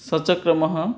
सः च क्रमः